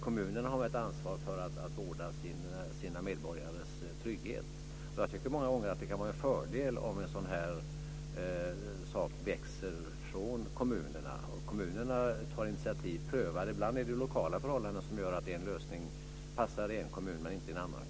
Kommunerna har också ett ansvar för att vårda sina medborgares trygghet. Jag tycker många gånger att det kan vara en fördel om en sådan här sak växer från kommunerna. Kommunerna kan ta initiativ och pröva det hela. Ibland finns det lokala förhållanden som gör att en lösning passar i en kommun men inte i en annan.